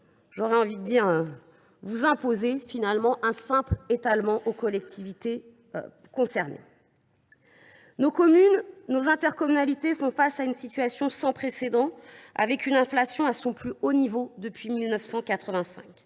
j’aurais envie de dire : vous imposez un simple étalement aux collectivités concernées. Nos communes et intercommunalités sont confrontées à une situation sans précédent, avec une inflation à son plus haut niveau depuis 1985.